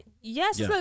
yes